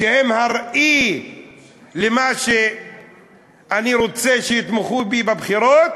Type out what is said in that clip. שהם הראי למה שאני רוצה שיתמכו בי בבחירות,